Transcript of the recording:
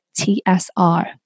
tsr